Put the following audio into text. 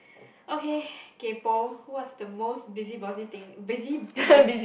okay kaypo what's the most busybody thing busybody